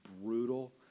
brutal